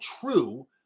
true